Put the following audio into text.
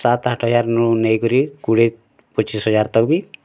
ସାତ୍ ଆଠ୍ ହଜାର୍ ନେଇ୍ କରି କୁଡ଼ିଏ ପଚିଶି ହଜାର ତକ ବି